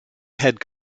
head